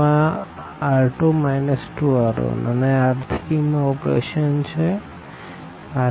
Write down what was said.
R2R2 2R1અને R3R3 R1